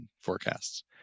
forecasts